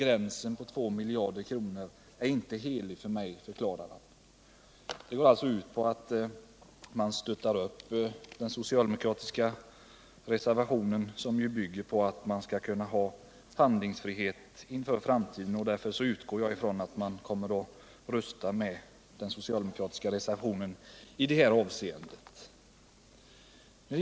Gränsen på 2 miljarder är inte helig för mig, förklarar han. Man stöttar alltså upp den socialdemokratiska reservationen, som ju bygger på att man skall kunna ha handlingsfrihet inför framtiden. Därför utgår jag från att man kommer att rösta med den socialdemokratiska reservationen i detta avseende.